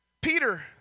Peter